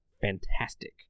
fantastic